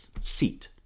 seat